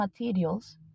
materials